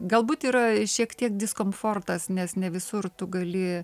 galbūt yra šiek tiek diskomfortas nes ne visur tu gali